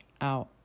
out